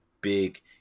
big